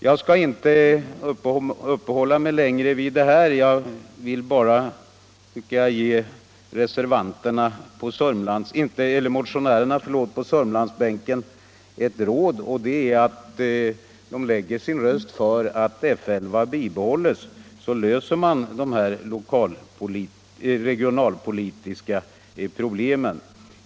Jag skall inte uppehålla mig längre vid detta utan vill bara ge motionärerna på Sörmlandsbänken ett råd, nämligen att de lägger sina röster för att F 11 bibehålls. Då löser man dessa regionalpolitiska problem.